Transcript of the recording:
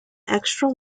extra